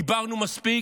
דיברנו מספיק.